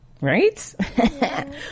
right